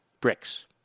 Bricks